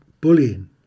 bullying